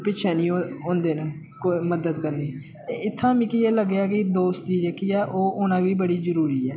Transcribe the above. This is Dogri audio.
पिच्छें नि होंदे न को मदद करने गी ते इत्थां मिगी एह् लग्गेआ कि दोस्ती जेह्की ऐ ओह् होना बी बड़ी जरूरी ऐ